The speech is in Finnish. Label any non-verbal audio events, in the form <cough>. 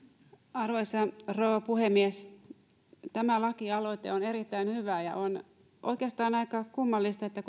arvoisa rouva puhemies tämä lakialoite on erittäin hyvä ja on oikeastaan aika kummallista että <unintelligible>